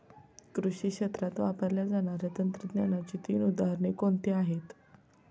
कृषी क्षेत्रात वापरल्या जाणाऱ्या तंत्रज्ञानाची तीन उदाहरणे कोणती आहेत?